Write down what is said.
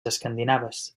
escandinaves